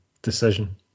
decision